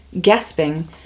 Gasping